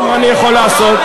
מה אני יכול לעשות?